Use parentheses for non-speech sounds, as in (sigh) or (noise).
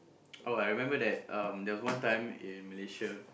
(noise) oh I remember that um there was one time in Malaysia